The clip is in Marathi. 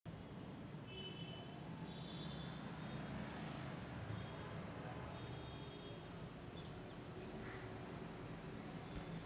विश्लेषक आणि बाजार द्वारा वापसीची निश्चित जोखीम मोफत दर मानले जाते